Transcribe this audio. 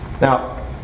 Now